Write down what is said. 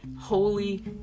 holy